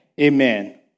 amen